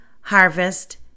harvest